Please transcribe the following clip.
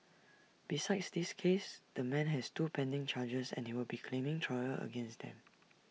besides this case the man has two pending charges and he will be claiming trial against them